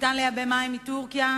ניתן לייבא מים מטורקיה,